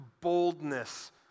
boldness